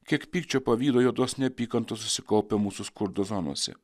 kiek pykčio pavydo juodos neapykantos susikaupia mūsų skurdo zonose